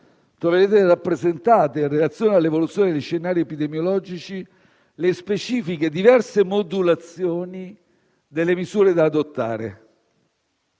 sono rappresentate, in relazione all'evoluzione di scenari epidemiologici, le specifiche e diverse modulazioni delle misure da adottare.